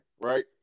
right